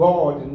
God